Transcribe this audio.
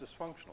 dysfunctional